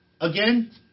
again